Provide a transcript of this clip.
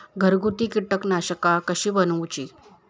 घरगुती कीटकनाशका कशी बनवूची?